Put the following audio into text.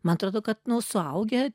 man atrodo kad nu suaugę